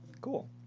Cool